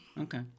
Okay